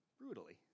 brutally